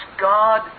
God